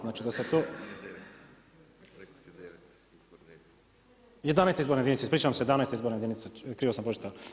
Znači da se to … [[Upadica se ne čuje.]] 11 izborna jedinica, ispričavam se, krivo sam pročitao.